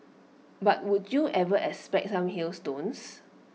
but would you ever expect some hailstones